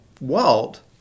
Walt